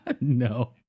No